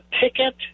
ticket